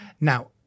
Now